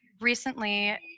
Recently